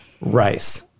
rice